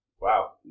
wow